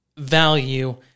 value